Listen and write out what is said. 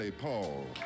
Paul